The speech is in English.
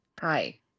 Hi